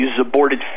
aborted